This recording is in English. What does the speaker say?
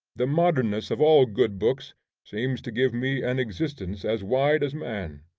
the modernness of all good books seems to give me an existence as wide as man.